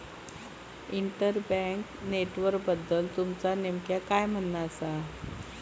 inter bank नेटवर्कबद्दल तुमचा नेमक्या काय म्हणना आसा